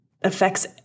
affects